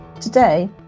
Today